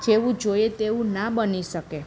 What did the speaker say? જેવું જોઈએ તેવું ના બની શકે